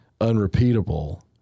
unrepeatable